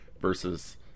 versus